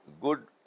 Good